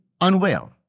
unwell